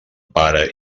pare